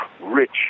rich